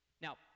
Now